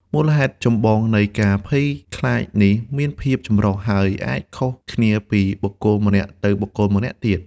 មូលហេតុចម្បងនៃការភ័យខ្លាចនេះមានភាពចម្រុះ ហើយអាចខុសគ្នាពីបុគ្គលម្នាក់ទៅបុគ្គលម្នាក់ទៀត។